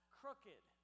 crooked